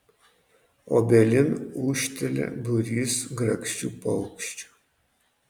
obelin ūžtelia būrys grakščių paukščių